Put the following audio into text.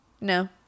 No